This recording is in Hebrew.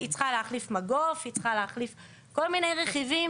היא צריכה להחליף מגוף וכל מיני רכיבים